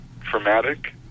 traumatic